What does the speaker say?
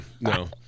no